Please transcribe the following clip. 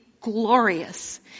glorious